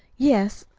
yes,